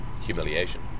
humiliation